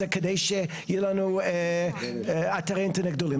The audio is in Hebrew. כדי שיהיו לנו אתרי אינטרנט גדולים,